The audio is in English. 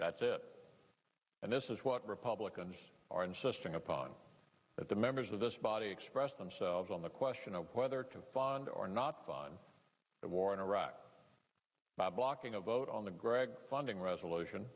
that's it and this is what republicans are insisting upon that the members of this body express themselves on the question of whether to bond or not fun the war in iraq by blocking a vote on the gregg funding resolution